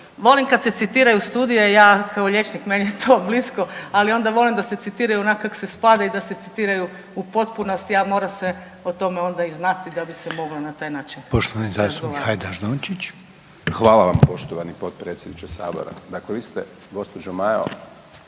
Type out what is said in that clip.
volim kad se citiraju studije. Ja kao liječnik, meni je to blisko, ali onda volim da se citiraju onak kak se spada i da se citiraju u potpunosti, a mora se o tome onda i znati da bi se moglo na taj način. **Reiner, Željko (HDZ)** Poštovani zastupnik Hajdaš-Dončić. **Hajdaš Dončić, Siniša (SDP)** Hvala vam poštovani potpredsjedniče Sabora. Dakle, vi ste gospođo Majo